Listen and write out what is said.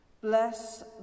Bless